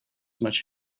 much